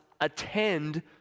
attend